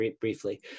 briefly